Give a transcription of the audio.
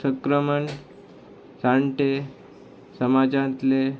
संक्रमण जाणटे समाजांतले